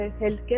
healthcare